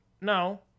no